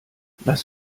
lass